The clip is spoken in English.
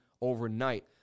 overnight